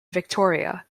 victoria